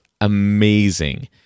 amazing